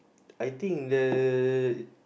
I think the